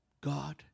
God